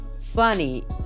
funny